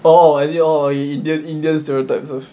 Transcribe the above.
all idea or indian indian stereotypes ah